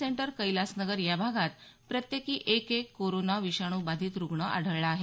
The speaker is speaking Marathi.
सेंटर कैलास नगर या भागात प्रत्येकी एकेक कोराना विषाणू बाधित रुग्ण आढळले आहेत